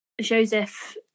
Joseph